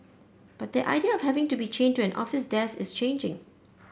but that idea of having to be chained to an office desk is changing